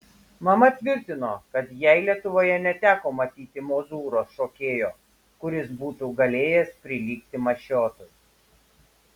mama tvirtino kad jai lietuvoje neteko matyti mozūro šokėjo kuris būtų galėjęs prilygti mašiotui